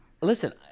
listen